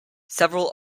several